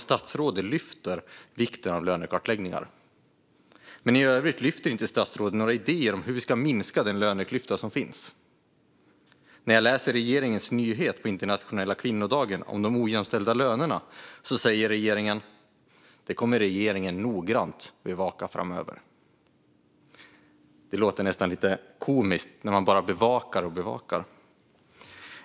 Statsrådet lyfter vikten av lönekartläggningar, men i övrigt lyfter hon inga idéer om hur vi ska minska den löneklyfta som finns. I regeringens nyhet på internationella kvinnodagen om de ojämställda lönerna säger regeringen: Det kommer regeringen noggrant att bevaka framöver. Det låter nästan lite komiskt när man bara bevakar och bevakar.